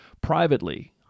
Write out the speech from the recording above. Privately